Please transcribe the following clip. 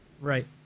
right